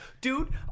Dude